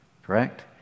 Correct